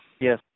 Yes